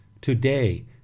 Today